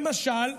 למשל בניינים,